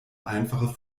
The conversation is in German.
einfache